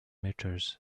meters